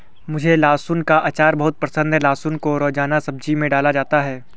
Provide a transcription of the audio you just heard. मुझे लहसुन का अचार बहुत पसंद है लहसुन को रोजाना सब्जी में डाला जाता है